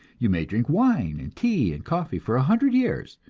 you may drink wine and tea and coffee for a hundred years,